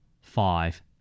Five